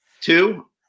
Two